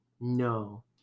No